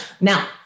Now